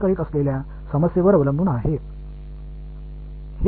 அது நீங்கள் தீர்க்க முயற்சிக்கும் சிக்கலைப் பொறுத்தது